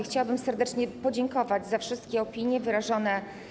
Chciałabym serdecznie podziękować za wszystkie opinie tutaj wyrażone.